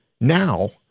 now